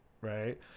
right